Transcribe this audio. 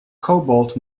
cobalt